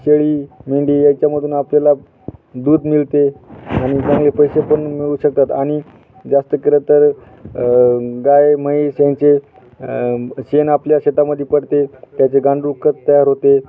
शेळी मेंढी याच्यामधून आपल्याला दूध मिळते आणि चांगले पैसे पण मिळू शकतात आणि जास्त केलं तर गाय म्हैस यांचे शेण आपल्या शेतामध्ये पडते त्याचे गांडूळखत तयार होते